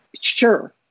sure